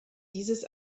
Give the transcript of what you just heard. dieses